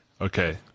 okay